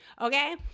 okay